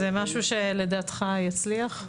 זה משהו שלדעתך יצליח?